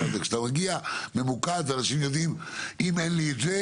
זה כשאתה מגיע ממוקד ואנשים יודעים: אם אין לי את זה